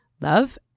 Love